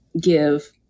Give